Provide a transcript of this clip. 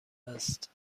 است